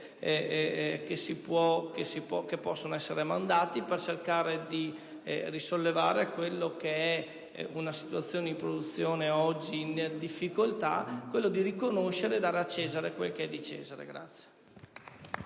che possono essere mandati per cercare di risollevare una situazione di produzione oggi in difficoltà - agire per riconoscere e dare a Cesare quel che è di Cesare.